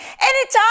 anytime